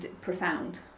profound